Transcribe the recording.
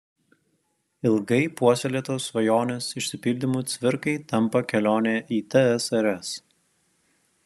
ilgai puoselėtos svajonės išsipildymu cvirkai tampa kelionė į tsrs